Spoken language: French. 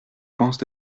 penses